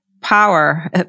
power